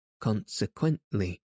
consequently